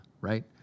right